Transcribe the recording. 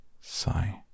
sigh